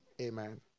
amen